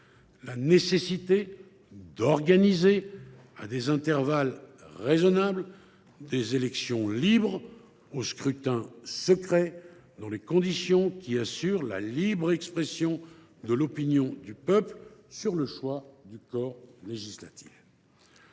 la nécessité d’organiser, « à des intervalles raisonnables, des élections libres au scrutin secret, dans les conditions qui assurent la libre expression de l’opinion du peuple sur le choix du corps législatif